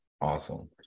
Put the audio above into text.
awesome